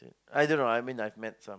either not I mean I've met some